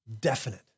Definite